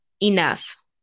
enough